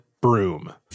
broom